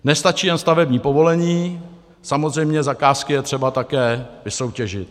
Nestačí jen stavební povolení, samozřejmě zakázky je třeba také vysoutěžit.